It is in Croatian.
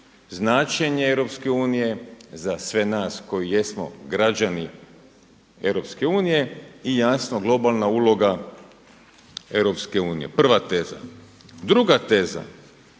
značenje EU za sve nas koji jesmo građani EU i jasno globalna uloga EU. Prva teza. Druga teza.